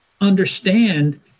understand